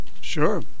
Sure